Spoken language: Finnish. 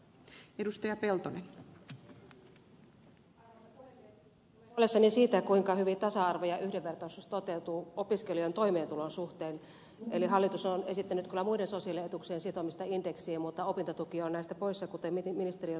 olen huolissani siitä kuinka hyvin tasa arvo ja yhdenvertaisuus toteutuu opiskelijan toimeentulon suhteen eli hallitus on esittänyt kyllä muiden sosiaalietuuksien sitomista indeksiin mutta opintotuki on näistä poissa kuten ministeri jo totesi